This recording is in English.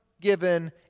given